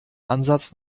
ansatz